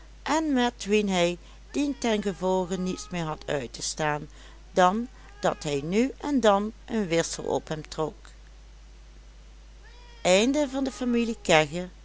en met wien hij dien ten gevolge niets meer had uit te staan dan dat hij nu en dan een wissel op hem trok